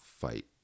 fight